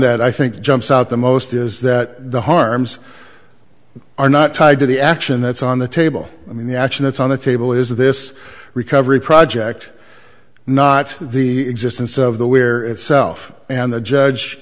that i think jumps out the most is that the harms are not tied to the action that's on the table i mean the action that's on the table is this recovery project not the existence of the where itself and the judge